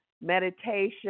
meditation